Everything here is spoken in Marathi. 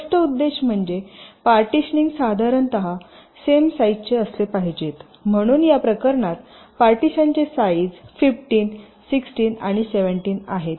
एक स्पष्ट उद्देश म्हणजे पार्टीशन साधारणतः सेम साईजचे असले पाहिजेत म्हणून या प्रकरणात पार्टीशनचे साईज 1516 आणि 17 आहेत